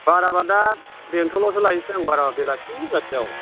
बाराबा दा बेंथलावसो लायनोसै आं बाराबा बेलासि बेलासियाव